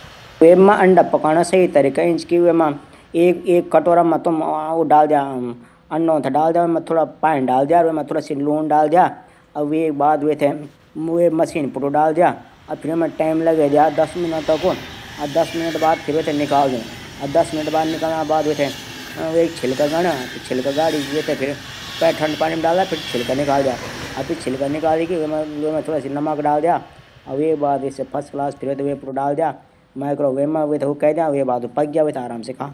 डिशवॉशर एक भांडा धूणा मशीन हूंदी जू बर्तनों प्लेट गिलास और खाणू खाना बर्तन थै अपन आप साफ करदी। मसीन मा पानी डिटर्जेंट गर्मी उपयोग हूदू। और यह मसीन बर्तनों थै सुखै भी दींदी।